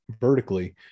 vertically